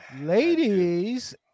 ladies